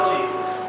Jesus